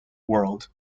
world